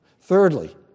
Thirdly